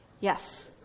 Yes